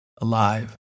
Alive